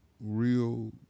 real